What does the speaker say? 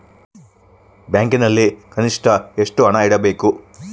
ಬ್ಯಾಂಕಿನಲ್ಲಿ ಕನಿಷ್ಟ ಎಷ್ಟು ಹಣ ಇಡಬೇಕು?